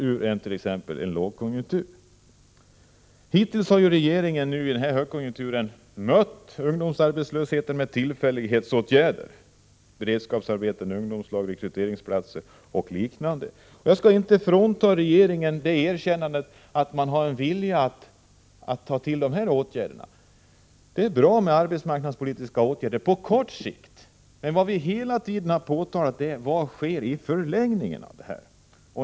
Hittills under den gångna högkonjunkturen har regeringen mött ungdomsarbetslösheten med tillfälliga åtgärder såsom beredskapsarbeten, ungdomslag, rekryteringsplatser. Jag skall inte underlåta att ge regeringen ett erkännande för den goda vilja som finns bakom dessa åtgärder. Det är bra med arbetsmarknadspolitiska åtgärder även på kort sikt, men vad vi hela tiden har frågat oss är: Vad sker i förlängningen av detta?